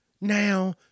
Now